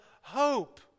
hope